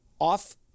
off